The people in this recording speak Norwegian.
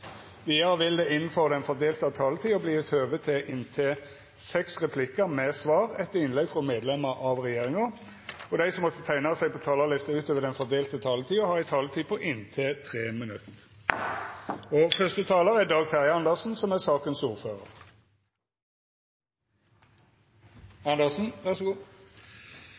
Vidare vert det – innanfor den fordelte taletida – gjeve høve til inntil seks replikkar med svar etter innlegg frå medlemer av regjeringa, og dei som måtte teikna seg på talarlista utover den fordelte taletida, får ei taletid på inntil 3 minutt. Jeg vil starte med å takke komiteen for samarbeidet og